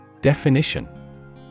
Definition